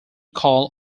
call